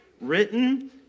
written